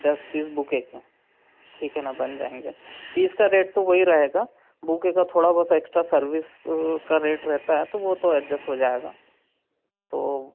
दस piece bouquet के ठीक है ना बन जाएँगे पीस का रेट तो वही रहेगा बुके का थोड़ा बहुत एक्स्ट्रा सर्विस का रेट रहता है तो वह तो एडजस्ट हो जाएगा तो